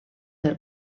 del